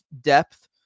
depth